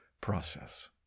process